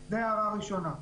זו הערה ראשונה.